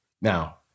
Now